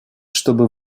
чтобы